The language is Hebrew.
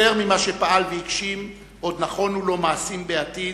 יותר ממה שפעל והגשים עוד נכונו לו מעשים בעתיד,